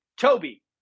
Toby